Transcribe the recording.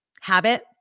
habit